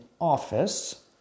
office